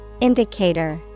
Indicator